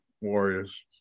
Warriors